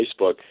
Facebook